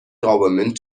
government